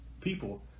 people